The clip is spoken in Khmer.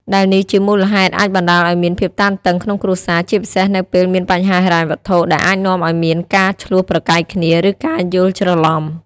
ដែលនេះជាមូលហេតុអាចបណ្ដាលឱ្យមានភាពតានតឹងក្នុងគ្រួសារ ជាពិសេសនៅពេលមានបញ្ហាហិរញ្ញវត្ថុ ដែលអាចនាំឱ្យមានការឈ្លោះប្រកែកគ្នា ឬការយល់ច្រឡំ។